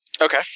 Okay